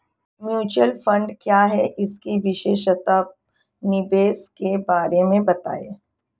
Mutual fund क्या है इसकी विशेषता व निवेश के बारे में बताइये?